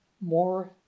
More